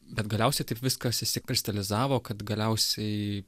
bet galiausiai taip viskas išsikristalizavo kad galiausiai